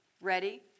Ready